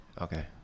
Okay